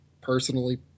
personally